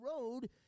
road